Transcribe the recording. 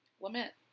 lament